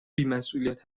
بیمسئولیت